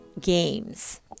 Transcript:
games